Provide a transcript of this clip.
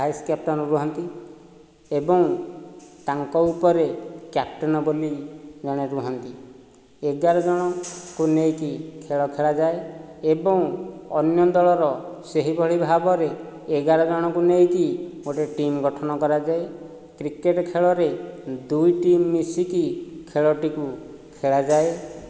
vice captain ରୁହନ୍ତି ଏବଂ ତାଙ୍କ ଉପରେ କ୍ୟାପଟେନ୍ ବୋଲି ଜଣେ ରୁହନ୍ତି ଏଗାର ଜଣଙ୍କୁ ନେଇକି ଖେଳ ଖେଳାଯାଏ ଏଵଂ ଅନ୍ୟ ଦଳର ସେହି ଭଳି ଭାବରେ ଏଗାର ଜଣକୁ ନେଇକି ଗୋଟିଏ ଟିମ୍ ଗଠନ କରାଯାଏ କ୍ରିକେଟ୍ ଖେଳରେ ଦୁଇ ଟିମ୍ ମିଶିକି ଖେଳଟିକୁ ଖେଳାଯାଏ